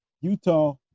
Utah